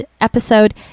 episode